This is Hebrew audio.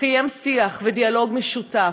לקיים שיח ודיאלוג משותף?